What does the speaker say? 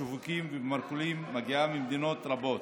בשווקים ובמרכולים, מגיעה ממדינות רבות.